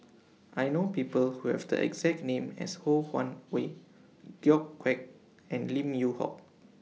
I know People Who Have The exact name as Ho Wan Hui George Quek and Lim Yew Hock